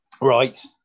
Right